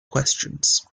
questions